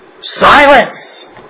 silence